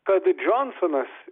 kad džonsonas